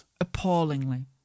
Appallingly